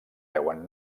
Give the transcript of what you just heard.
veuen